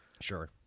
Sure